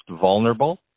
vulnerable